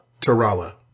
Tarawa